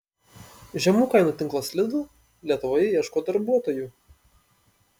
žemų kainų tinklas lidl lietuvoje ieško darbuotojų